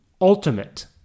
Ultimate